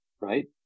Right